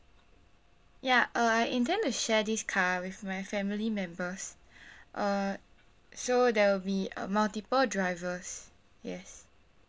ya uh I intend to share this car with my family members uh so there will be uh multiple drivers yes